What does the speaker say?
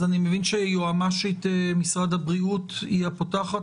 אני מבין שיועמ"שית משרד הבריאות היא הפותחת,